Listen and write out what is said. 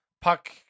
Puck